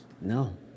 No